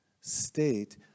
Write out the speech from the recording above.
state